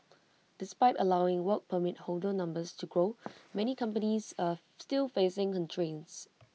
despite allowing Work Permit holder numbers to grow many companies are still facing constraints